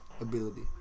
ability